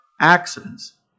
accidents